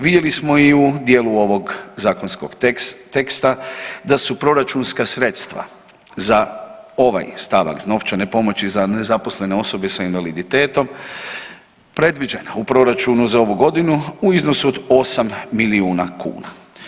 Vidjeli smo i u dijelu ovog zakonskog teksta da su proračunska sredstva za ovaj stavak novčane pomoći za nezaposlene osobe sa invaliditetom predviđene u proračunu za ovu godinu u iznosu od 8 milijuna kuna.